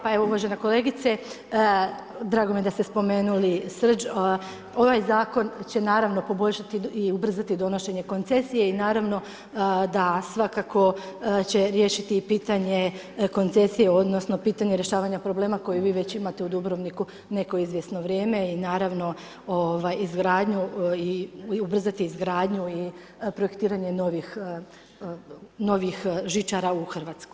Pa evo uvažena kolegice, drago mi je da ste spomenuli Srđ, ovaj zakon će naravno poboljšati i ubrzati donošenje koncesije i naravno da svako će riješiti pitanje koncesije odnosno pitanje rješavanja problema koji vi već imate u Dubrovniku neko izvjesno vrijeme i naravno ubrzati izgradnju i projektiranje novih žičara u Hrvatskoj.